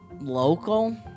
Local